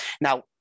Now